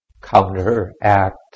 counteract